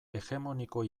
hegemoniko